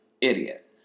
Idiot